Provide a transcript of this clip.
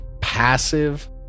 passive